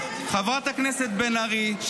חברת הכנסת בן ארי,